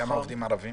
כמה עובדים ערבים